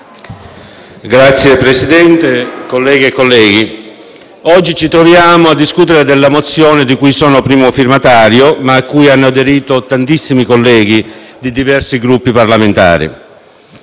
Signor Presidente, colleghe e colleghi, oggi ci troviamo a discutere della mozione di cui sono primo firmatario ed a cui hanno aderito tantissimi colleghi di diversi Gruppi parlamentari;